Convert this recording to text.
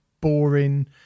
boring